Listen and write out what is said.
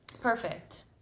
Perfect